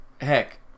heck